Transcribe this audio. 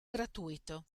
gratuito